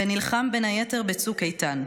ונלחם בין היתר בצוק איתן.